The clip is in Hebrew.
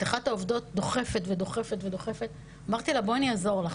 אחת העובדות דוחפת ודוחפת ודוחפת ואמרתי לה "בואי אני אעזור לך",